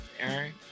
Aaron